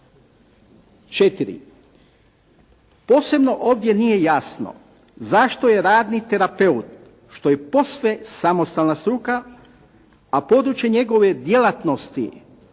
Četiri, posebno ovdje nije jasno zašto je radni terapeut, što je posve samostalna struka, a područje njegove djelatnosti